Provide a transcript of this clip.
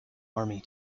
army